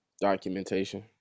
documentation